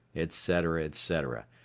etc, etc.